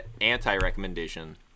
anti-recommendation